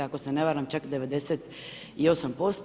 Ako se ne varam čak 98%